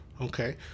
okay